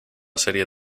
serie